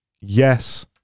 Yes